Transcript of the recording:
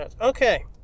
Okay